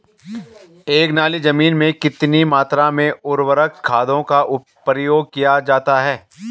एक नाली जमीन में कितनी मात्रा में उर्वरक खादों का प्रयोग किया जाता है?